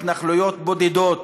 התנחלויות בודדות.